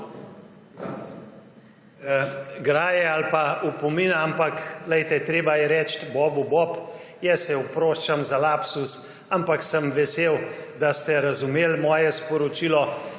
ali pa opomina, ampak glejte, treba je reči bobu bob. Jaz se oproščam za lapsus, ampak sem vesel, da ste razumeli moje sporočilo.